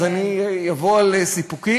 אז אני אבוא על סיפוקי.